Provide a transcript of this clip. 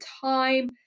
time